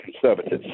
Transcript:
conservatives